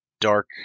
Dark